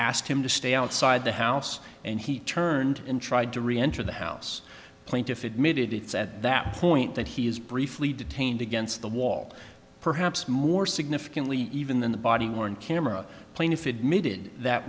asked him to stay outside the house and he turned and tried to reenter the house plaintiff admitted it's at that point that he is briefly detained against the wall perhaps more significantly even than the body worn camera plaintiff admitted that